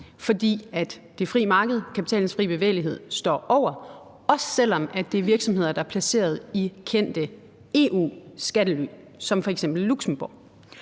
frie bevægelighed, står over det, også selv om det er virksomheder, der er placeret i kendte EU-skattely som f.eks. Luxembourg.